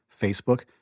Facebook